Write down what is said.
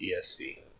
ESV